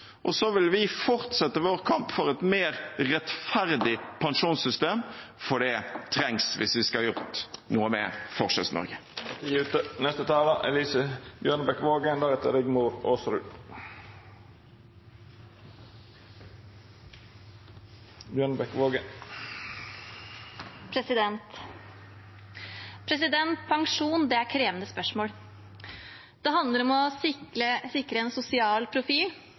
Så vil vi fortsette vår kamp for et mer rettferdig pensjonssystem, for det trengs hvis vi skal få gjort noe med Forskjells-Norge. Pensjon er krevende spørsmål. Det handler om å sikre en sosial profil, legitimitet og rettferdighet, men også bærekraft. Jeg er glad for at vi får flertall her i dag for en